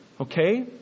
Okay